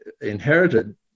inherited